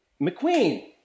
McQueen